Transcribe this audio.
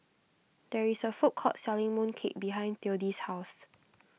there is a food court selling mooncake behind theodis' house